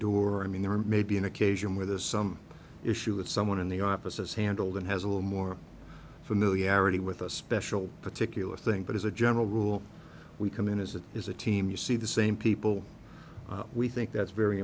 door i mean there may be an occasion where there's some issue with someone in the offices handled and has a little more familiarity with a special particular thing but as a general rule we come in as it is a team you see the same people we think that very